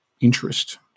interest